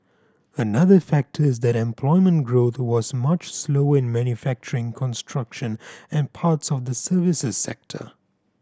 another factor is that employment growth was much slower in manufacturing construction and parts of the services sector